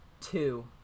Two